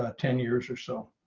ah ten years or so.